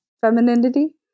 femininity